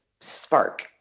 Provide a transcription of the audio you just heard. spark